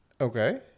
Okay